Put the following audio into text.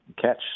catch